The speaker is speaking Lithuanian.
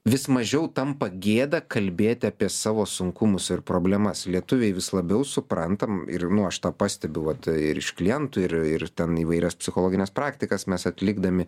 vis mažiau tampa gėda kalbėti apie savo sunkumus ir problemas lietuviai vis labiau suprantam ir nu aš tą pastebiu vat ir iš klientų ir ir ten įvairias psichologines praktikas mes atlikdami